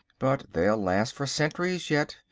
but they'll last for centuries yet,